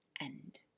end